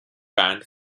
band